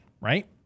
right